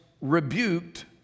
rebuked